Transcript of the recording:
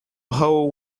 whole